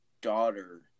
daughter